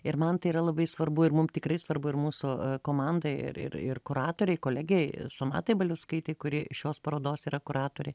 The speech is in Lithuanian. ir man tai yra labai svarbu ir mum tikrai svarbu ir mūsų komandai ir ir ir kuratorei kolegei sonatai baliuckaitei kuri šios parodos yra kuratorė